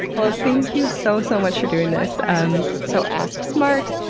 ah ah thank you so, so much for doing this. um so ask smart,